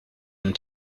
and